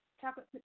chocolate